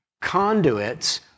conduits